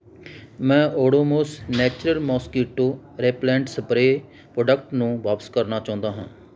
ਮੈਂ Odomos natural mosquito repellent spray product ਨੂੰ ਵਾਪਸ ਕਰਨਾ ਚਾਹੁੰਦਾ ਹਾਂ